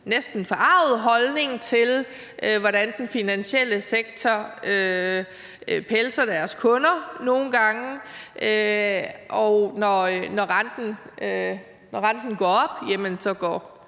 næsten forarget holdning til, hvordan den finansielle sektor nogle gange pelser deres kunder; og når renten går op, går